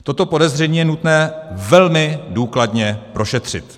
Toto podezření je nutné velmi důkladně prošetřit.